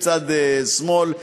בצד שמאל,